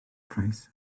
price